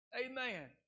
Amen